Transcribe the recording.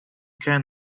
can